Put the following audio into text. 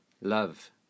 love